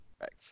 right